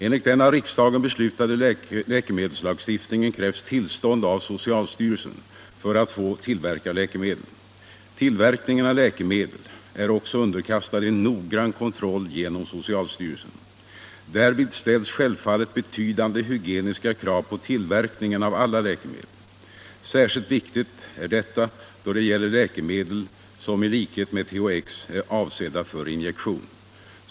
Enligt den av riksdagen beslutade läkemedelslagstiftningen krävs tillstånd av socialstyrelsen för att få tillverka läkemedel. Tillverkningen av läkemedel är också underkastad en noggrann kontroll genom socialstyrelsen. Därvid ställs självfallet betydande hygieniska krav på tillverkningen av alla läkemedel. Särskilt viktigt är detta då det gäller läkemedel som i likhet med THX är avsedda för injektion.